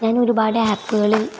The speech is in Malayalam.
ഞാൻ ഒരു പാട് ആപ്പുകളിൽ